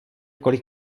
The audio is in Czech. kolik